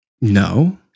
No